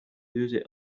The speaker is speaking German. düse